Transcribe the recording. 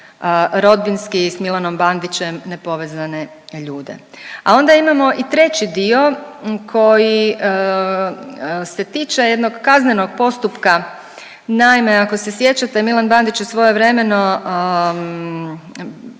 rodbinski i sa Milanom Bandićem nepovezane ljude. A onda imamo i treći dio koji se tiče jednog kaznenog postupka. Naime, ako se sjećate Milan Bandić je svojevremeno,